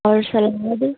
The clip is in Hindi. और शलद